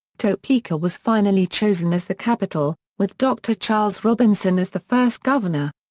topeka was finally chosen as the capital, with dr. charles robinson as the first governor.